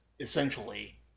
essentially